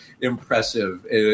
impressive